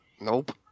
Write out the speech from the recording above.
Nope